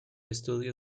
estudio